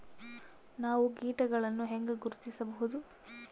ನಾವು ಕೇಟಗಳನ್ನು ಹೆಂಗ ಗುರ್ತಿಸಬಹುದು?